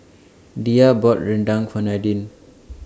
Diya bought Rendang For Nadine